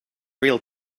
real